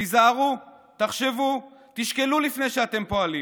תיזהרו, תחשבו, תשקלו לפני שאתם פועלים.